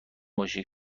باشی